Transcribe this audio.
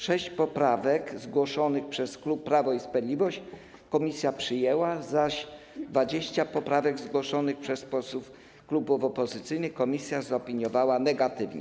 Sześć poprawek zgłoszonych przez klub Prawo i Sprawiedliwość komisja przyjęła, zaś 20 poprawek zgłoszonych przez posłów klubów opozycyjnych komisja zaopiniowała negatywnie.